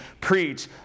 preach